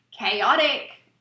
Chaotic